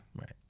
right